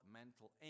mental